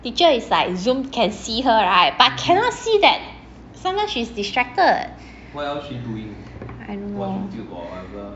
teacher is like zoom can see her right but cannot see that sometimes she's distracted I don't know